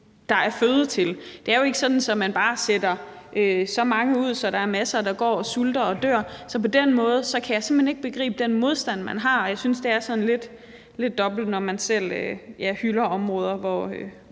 der er føde til. Det er jo ikke sådan, at man bare sætter så mange ud, at der er masser, der går og sulter og dør, så på den måde kan jeg simpelt hen ikke begribe den modstand, man har. Jeg synes, det er sådan lidt dobbelt, når man selv hylder områder, hvor